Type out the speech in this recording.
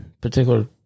particular